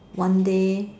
one day